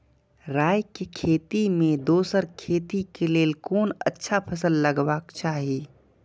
राय के खेती मे दोसर खेती के लेल कोन अच्छा फसल लगवाक चाहिँ?